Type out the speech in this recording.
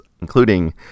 including